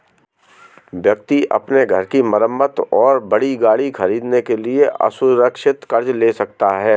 व्यक्ति अपने घर की मरम्मत और बड़ी गाड़ी खरीदने के लिए असुरक्षित कर्ज ले सकता है